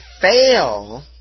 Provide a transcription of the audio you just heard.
fail